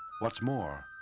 what's more,